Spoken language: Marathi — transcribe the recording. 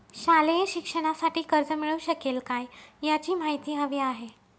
शालेय शिक्षणासाठी कर्ज मिळू शकेल काय? याची माहिती हवी आहे